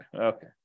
Okay